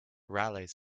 raleigh